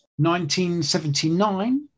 1979